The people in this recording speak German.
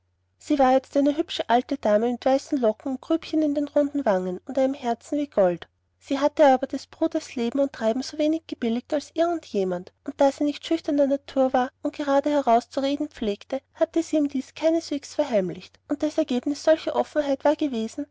sie war jetzt eine alte hübsche dame mit weißen locken und grübchen in den runden wangen und einem herzen wie gold sie hatte aber des bruders leben und treiben so wenig gebilligt als irgend jemand und da sie nicht schüchterner natur war und gerade heraus zu reden pflegte hatte sie ihm dies keineswegs verheimlicht und das ergebnis solcher offenheit war gewesen